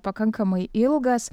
pakankamai ilgas